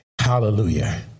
Hallelujah